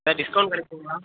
sir discount கிடைக்குங்களா